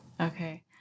Okay